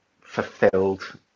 fulfilled